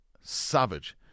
savage